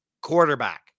quarterback